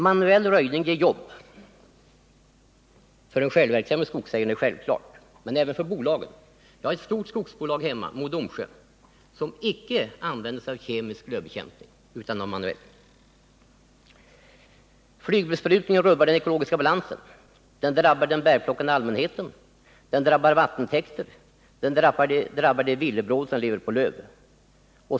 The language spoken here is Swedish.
Manuell röjning ger jobb — för den självverksamme skogsägaren självfallet, men även för bolagen. Vi har ett stort skogsbolag hemma — Mo och Domsjö — som icke använder sig av kemisk lövbekämpning utan av manuell. Flygbesprutning rubbar den ekologiska balansen. Den drabbar den bärplockande allmänheten, den drabbar vattentäkter, den drabbar det villebråd som lever på löv.